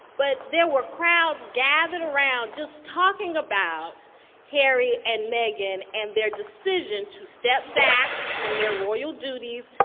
but there were crowds gathered around just talking about harry and meghan and their decision to step back from their royal duties.